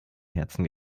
herzen